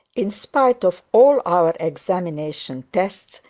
in spite of all our examination tests,